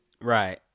right